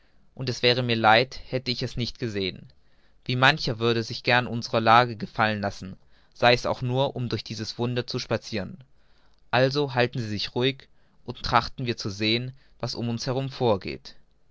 und es wäre mir leid hätte ich es nicht gesehen wie mancher würde sich gern unsere lage gefallen lassen sei es auch nur um durch diese wunder zu spazieren also halten sie sich ruhig und trachten wir zu sehen was um uns herum vorgeht